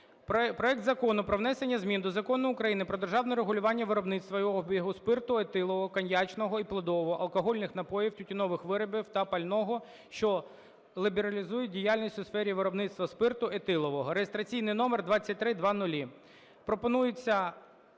Проект Закону про внесення змін до Закону України "Про державне регулювання виробництва і обігу спирту етилового, коньячного і плодового, алкогольних напоїв, тютюнових виробів та пального" що лібералізують діяльність у сфері виробництва спирту етилового (реєстраційний номер 2300).